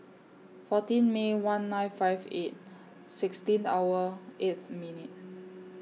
fourteen May one nine five eight sixteen hour eighth minute